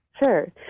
Sure